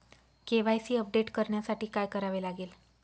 KYC update करण्यासाठी काय करावे लागेल?